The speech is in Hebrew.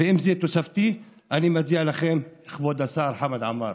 ואם זה תוספתי, אני מציע לכם, כבוד השר חמד עמאר,